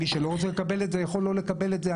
מי שלא רוצה לקבל את זה, יכול לא לקבל את זה.